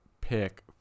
pick